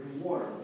water